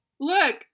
Look